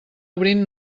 obrint